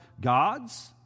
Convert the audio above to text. gods